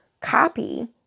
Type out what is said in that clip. copy